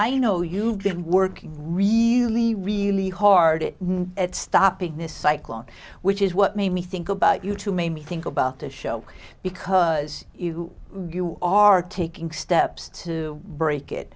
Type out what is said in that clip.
i know you've been working really really hard it at stopping this cycle which is what made me think about you to maybe think about the show because you are taking steps to break it